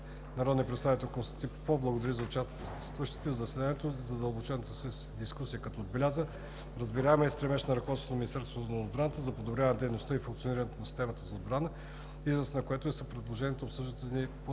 народният представител Константин Попов благодари на участващите в заседанието за задълбочената дискусия, като отбеляза разбираемият стремеж на ръководството на Министерството на отбраната за подобряване на дейността и функционирането на системата за отбрана, израз на което са и предложенията по обсъждания законопроект.